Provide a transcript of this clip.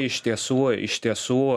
iš tiesų iš tiesų